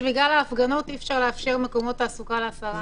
בגלל ההפגנות אי אפשר לאפשר מקומות תעסוקה ל-10 אנשים.